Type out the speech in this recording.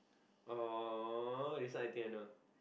oh this one I think I know